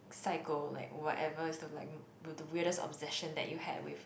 psycho like whatever's the like with the weirdest obsession that you had with